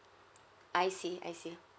I see I see